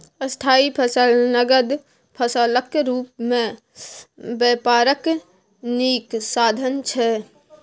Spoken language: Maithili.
स्थायी फसल नगद फसलक रुप मे बेपारक नीक साधन छै